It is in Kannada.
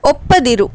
ಒಪ್ಪದಿರು